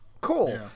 cool